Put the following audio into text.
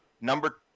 Number